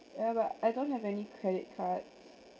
ya but I don't have any credit cards